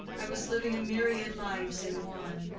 i was living a myriad lives in one.